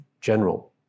general